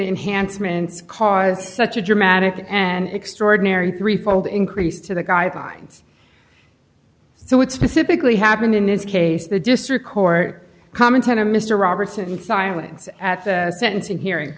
enhancements caused such a dramatic and extraordinary three fold increase to the guidelines so what specifically happened in this case the district court commentator mr roberson silence at the sentencing hearing